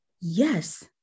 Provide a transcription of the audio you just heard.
Yes